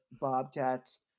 Bobcats